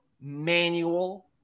manual